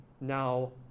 now